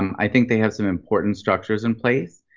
um i think they have some important structures in place.